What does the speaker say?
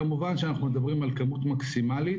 כמובן שאנחנו מדברים על כמות מקסימלית,